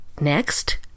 Next